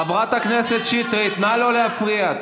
חברת הכנסת שטרית, נא לא להפריע.